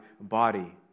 body